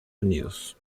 unidos